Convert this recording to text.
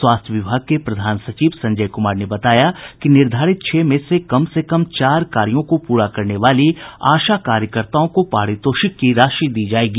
स्वास्थ्य विभाग के प्रधान सचिव संजय कुमार ने बताया कि निर्धारित छह में से कम से कम चार कार्यों को पूरा करने वाली आशा कार्यकर्ताओं को पारितोषिक की राशि दी जायेगी